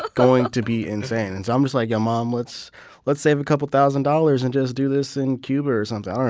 ah going to be insane. and so i'm just like, yo, mom. let's let's save a couple of thousand dollars and just do this in cuba or something.